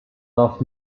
off